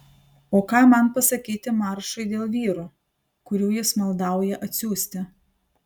o ką man pasakyti maršui dėl vyrų kurių jis maldauja atsiųsti